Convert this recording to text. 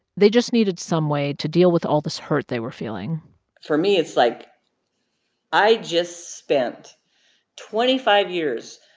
they just needed some way to deal with all this hurt they were feeling for me, it's like i just spent twenty five years